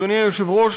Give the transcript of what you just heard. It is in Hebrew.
אדוני היושב-ראש,